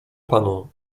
panu